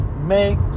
make